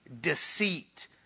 Deceit